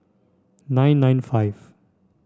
nine nine five